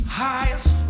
highest